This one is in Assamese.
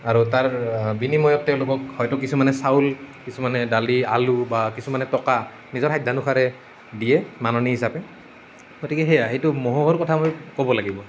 আৰু তাৰ বিনিময়ত হয়তো কিছুমানে চাউল কিছুমানে দালি আলু বা কিছুমানে টকা নিজৰ সাধ্য অনুসাৰে দিয়ে মাননি হিচাপে গতিকে সেয়া সেইটো মহোহোৰ কথা ক'ব লাগিব